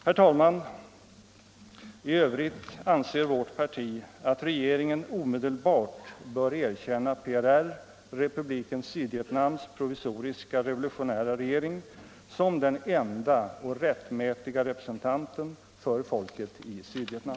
Herr talman! I övrigt anser vårt parti att regeringen omedelbart bör erkänna PRR, Republiken Sydvietnams provisoriska revolutionära regering, som den enda och rättmätiga representanten för folket i Sydvietnam!